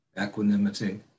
equanimity